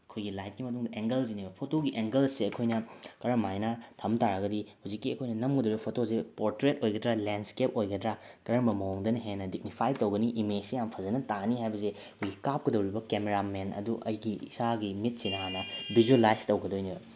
ꯑꯩꯈꯣꯏꯒꯤ ꯂꯥꯏꯠꯀꯤ ꯃꯅꯨꯡꯗ ꯑꯦꯡꯒꯜꯁꯤꯅꯦꯕ ꯐꯣꯇꯣꯒꯤ ꯑꯦꯡꯒꯜꯁꯦ ꯑꯩꯈꯣꯏꯅ ꯀꯔꯝ ꯍꯥꯏꯅ ꯊꯝ ꯇꯥꯔꯒꯗꯤ ꯍꯧꯖꯤꯛꯀꯤ ꯑꯩꯈꯣꯏꯅ ꯅꯝꯒꯗꯧꯔꯤꯕ ꯐꯣꯇꯣꯁꯦ ꯄ꯭ꯔꯣꯇ꯭ꯔꯦꯠ ꯑꯣꯏꯒꯗ꯭ꯔꯥ ꯂꯦꯟꯁꯀꯦꯞ ꯑꯣꯏꯒꯗ꯭ꯔꯥ ꯀꯔꯝꯕ ꯃꯑꯣꯡꯗꯅ ꯍꯦꯟꯅ ꯗꯤꯒꯅꯤꯐꯥꯏ ꯇꯧꯒꯅꯤ ꯏꯃꯦꯖꯁꯤ ꯌꯥꯝ ꯐꯖꯅ ꯇꯥꯅꯤ ꯍꯥꯏꯕꯁꯦ ꯑꯩꯈꯣꯏꯒꯤ ꯀꯥꯞꯀꯗꯧꯔꯤꯕ ꯀꯦꯃꯦꯔꯥꯃꯦꯟ ꯑꯗꯨ ꯑꯩꯒꯤ ꯏꯁꯥꯒꯤ ꯃꯤꯠꯁꯤꯅ ꯍꯥꯟꯅ ꯚꯤꯖ꯭ꯋꯦꯂꯥꯏꯁ ꯇꯧꯒꯗꯣꯏꯅꯦꯕ